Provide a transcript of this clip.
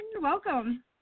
welcome